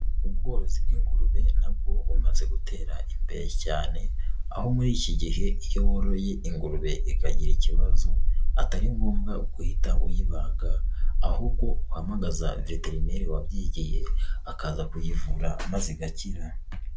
Ubworozi bw'ingurube na bwo bumaze gutera imbere cyane aho muri iki gihe iyo woroye ingurube ikagira ikibazo atari ngombwa guhita uyibaga ahubwo uhamagaza veterineri wabyigiye akaza kuyivura maze igakira.